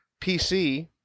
PC